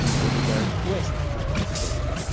or with a request to transpose.